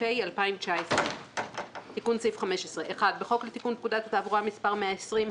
התש"ף 2019 תיקון סעיף 15 1. בחוק לתיקון פקודת התעבורה (מס' 120),